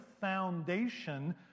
foundation